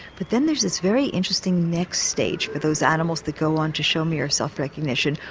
but then there's this very interesting next stage for those animals that go on to show mirror self recognition.